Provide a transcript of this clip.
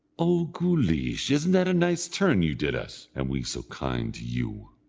o guleesh, isn't that a nice turn you did us, and we so kind to you?